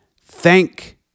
Thank